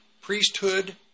priesthood